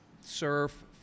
surf